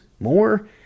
more